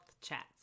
chats